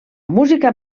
música